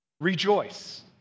Rejoice